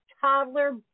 toddler